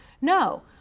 No